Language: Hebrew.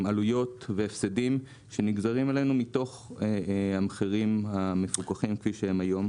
עם עלויות והפסדים שנגזרים עלינו מתוך המחירים המפוקחים כפי שהם היום.